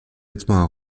vêtements